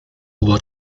hubo